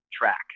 track